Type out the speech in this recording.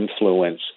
influence